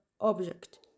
object